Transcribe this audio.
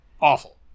Awful